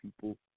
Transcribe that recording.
people